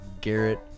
Garrett